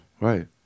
Right